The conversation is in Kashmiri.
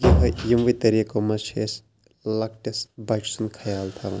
یِہوٚے یِموٕے طریٖقو منٛز چھِ أسۍ لۄکٹِس بَچہٕ سُنٛد خیال تھاوان